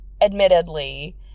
admittedly